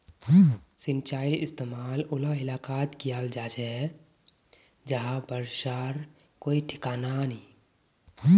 सिंचाईर इस्तेमाल उला इलाकात कियाल जा छे जहां बर्षार कोई ठिकाना नी